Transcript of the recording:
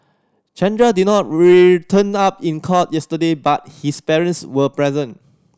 Chandra did not return up in court yesterday but his parents were present